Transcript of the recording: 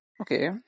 Okay